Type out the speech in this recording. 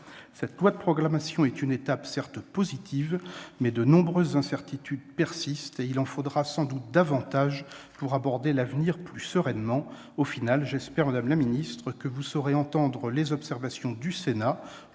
Cette loi de programmation est une étape, certes, positive, mais de nombreuses incertitudes persistent. Il en faudra sans doute davantage pour aborder l'avenir plus sereinement. Au final, madame la ministre, j'espère que vous saurez entendre les observations du Sénat